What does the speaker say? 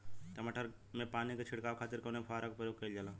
टमाटर में पानी के छिड़काव खातिर कवने फव्वारा का प्रयोग कईल जाला?